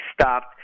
stopped